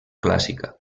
clàssica